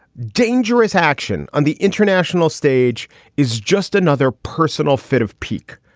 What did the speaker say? dangerous action on the international stage is just another personal fit of pique.